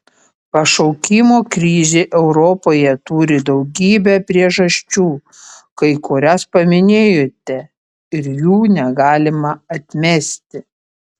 pašaukimo krizė europoje turi daugybę priežasčių kai kurias paminėjote ir jų negalima atmesti